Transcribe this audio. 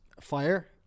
fire